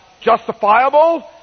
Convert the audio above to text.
justifiable